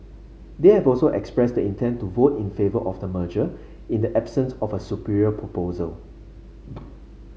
they have also expressed the intent to vote in favour of the merger in the absence of a superior proposal